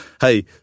hey